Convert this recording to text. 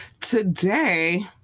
today